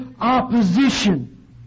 opposition